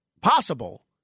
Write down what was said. possible